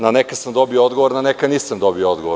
Na neka sam dobio odgovor, a na neka nisam dobio odgovor.